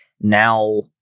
Now